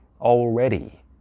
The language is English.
already